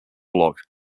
blog